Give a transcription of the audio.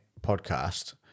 podcast